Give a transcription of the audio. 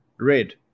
Red